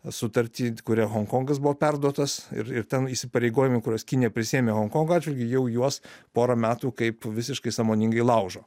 sutartį kuria honkongas buvo perduotas ir ir ten įsipareigojimai kuriuos kinija prisiėmė honkongo atžvilgiu jau juos porą metų kaip visiškai sąmoningai laužo